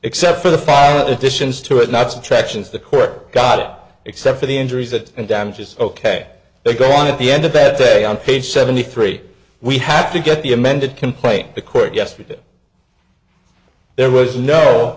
except for the five additions to it not subtractions the court got except for the injuries that damages ok they go on at the end a bad day on page seventy three we have to get the amended complaint the court yesterday there was no